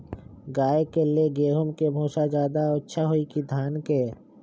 गाय के ले गेंहू के भूसा ज्यादा अच्छा होई की धान के?